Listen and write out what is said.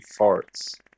farts